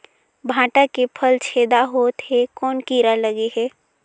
भांटा के फल छेदा होत हे कौन कीरा लगे हे?